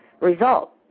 result